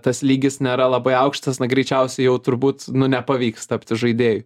tas lygis nėra labai aukštas na greičiausiai jau turbūt nepavyks tapti žaidėju